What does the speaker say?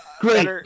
great